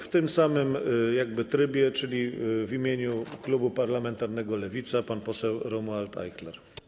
W tym samym trybie, w imieniu klubu parlamentarnego Lewica, pan poseł Romuald Ajchler.